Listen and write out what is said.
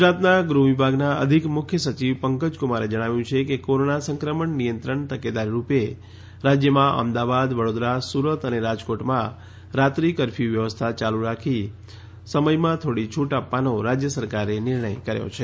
ગુજરાતના ગૃહ વિભાગના અધિક મુખ્ય સચિવ પંકજકુમારે જણાવ્યું છે કે કોરોના સંક્રમણ નિયંત્રણ તકેદારી રૂપે રાજ્યમાં અમદાવાદ વડોદરા સુરત અને રાજકોટમાં રાત્રિ કરફયુ વ્યવસ્થા યાલુ રાખી સમયમાં થોડી છૂટ આપવાનો રાજ્ય સરકારે નિર્ણય કર્યો છે